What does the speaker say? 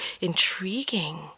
intriguing